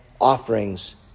offerings